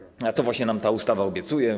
A to właśnie nam ta ustawa obiecuje.